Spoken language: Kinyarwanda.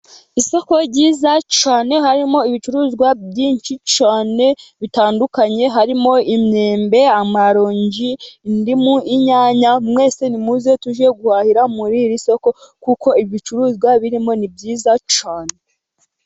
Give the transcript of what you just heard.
Isoko ry'iza cyane, harimo ibicuruzwa byinshi cyane bitandukanye, harimo imyembe, amaronji, indimu, inyanya, mwese nimuze tujye guhahira muri iri soko, kuko ibicuruzwa birimo ni byiza cyane.